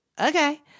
okay